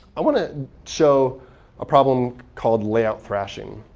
i want to show a problem called layout thrashing.